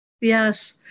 Yes